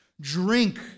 Drink